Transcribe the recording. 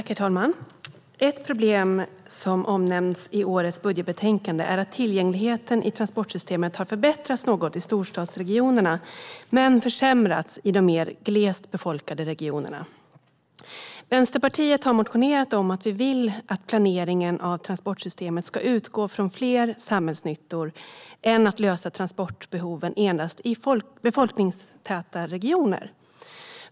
Herr talman! Ett problem som omnämns i årets budgetbetänkande är att tillgängligheten i transportsystemet har förbättrats något i storstadsregionerna men försämrats i de mer glest befolkade regionerna. Vänsterpartiet har motionerat om att planeringen av transportsystemet ska utgå från fler samhällsnyttor än den att lösa transportbehoven endast i befolkningstäta regioner.